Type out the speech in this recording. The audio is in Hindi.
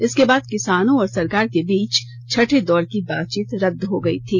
इसके बाद किसानों और सरकार के बीच छठे दौर की बातचीत रद्द हो गई थी